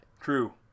True